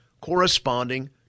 corresponding